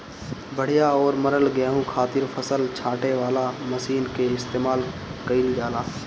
बढ़िया और मरल गेंहू खातिर फसल छांटे वाला मशीन कअ इस्तेमाल कइल जाला